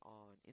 on